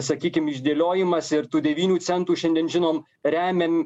sakykim išdėliojimas ir tų devynių centų šiandien žinom remiam